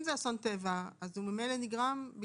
אם זה אסון טבע אז הוא ממילא נגרם בגלל